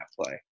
play